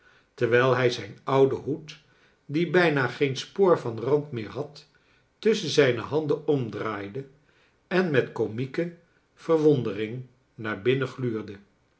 terwijl hij zijn ouden hoed die bijna geen spoor van rand meer had tusschen zijne handen omdraaide en met komieke verwondering naar binnen gluurde